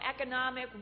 economic